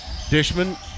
Dishman